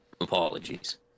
Apologies